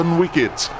wickets